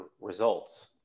results